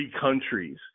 countries